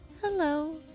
Hello